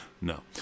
No